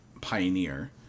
Pioneer